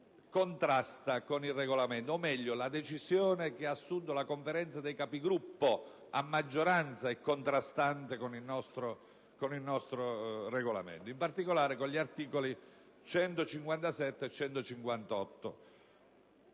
la decisione che ha assunto la Conferenza dei Capigruppo a maggioranza è contrastante con il nostro Regolamento, in particolare con gli articoli 157 e 158.